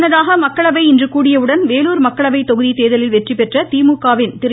முன்னதாக மக்களவை இன்று கூடியவுடன் வேலூர் மக்களவை தொகுதி தேர்தலில் வெற்றிபெற்ற திமுகவின் திரு